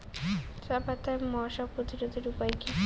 চাপাতায় মশা প্রতিরোধের উপায় কি?